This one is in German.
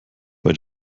bei